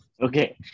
Okay